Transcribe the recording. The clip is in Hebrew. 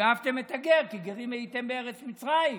"ואהבתם את הגר כי גרים הייתם בארץ מצרים".